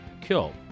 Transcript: Kill